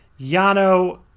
Yano